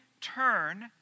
turn